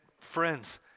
friends